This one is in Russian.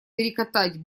перекатать